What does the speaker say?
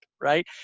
right